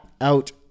out